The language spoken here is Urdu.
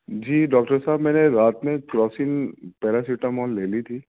جی ڈاکٹر صاحب میں نے رات میں کروسین پیراسیٹامال لے لی تھی